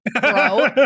bro